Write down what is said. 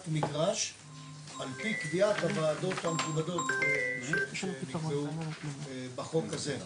מגרש על פי קביעת הוועדות שנקבעו בחוק הזה.